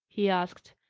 he asked.